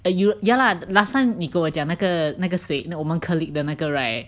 you ya lah last time 你跟我讲那个那个谁那个我们 colleague 的那个 right